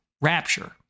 Rapture